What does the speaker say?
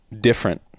different